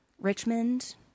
Richmond